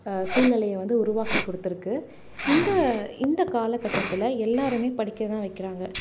சூல்நிலைய வந்து உருவாக்கி கொடுத்துருக்கு இந்த இந்த காலகட்டத்தில் எல்லாரும் படிக்கதான் வைக்கிறாங்க